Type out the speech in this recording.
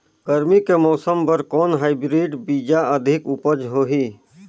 गरमी के मौसम बर कौन हाईब्रिड बीजा अधिक उपज होही?